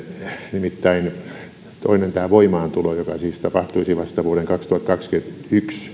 nimittäin toinen on tämä voimaantulo joka siis tapahtuisi vasta vuoden kaksituhattakaksikymmentäyksi